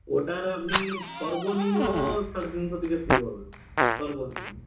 ওটার আপনি সর্বনিম্ন সাড়ে তিনশো থেকে শুরু হবে সর্বনিম্ন